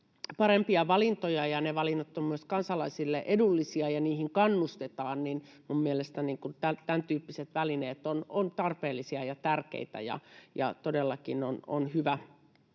parempia valintoja ja että ne valinnat ovat myös kansalaisille edullisia ja niihin kannustetaan. Minun mielestäni tämän tyyppiset välineet ovat tarpeellisia ja tärkeitä. Todellakin on hyvä,